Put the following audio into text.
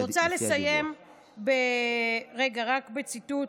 אני רוצה לסיים רגע רק בציטוט